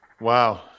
Wow